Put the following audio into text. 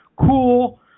Cool